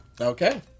okay